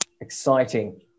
exciting